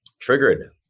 triggered